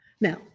Now